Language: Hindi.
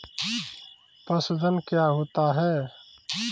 पशुधन क्या होता है?